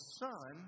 son